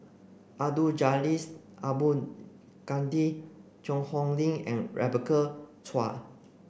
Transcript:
Abdul Jalil Abdul Kadir Cheang Hong Lim and Rebecca Chua